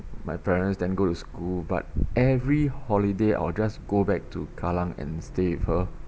my parents then go to school but every holiday I'll just go back to kallang and stay with her